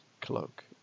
cloak